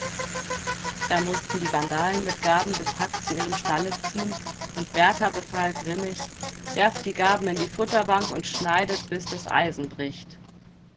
da mußten die vandalen mit garben bepackt zu ihrem stalle ziehen und berthar befahl grimmig werft die garben in die futterbank und schneidet bis das eisen bricht